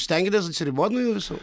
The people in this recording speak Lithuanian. stengiatės atsiribot nuo jų visų